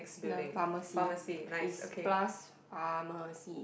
the pharmacy is plus pharmacy